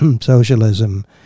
socialism